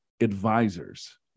advisors